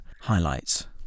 highlights